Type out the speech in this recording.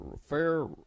Fair